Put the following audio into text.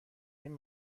این